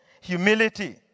humility